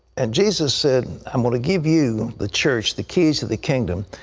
and jesus said, i am going to give you the church, the keys to the kingdom,